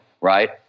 right